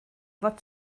fod